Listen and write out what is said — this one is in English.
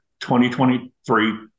2023